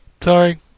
Sorry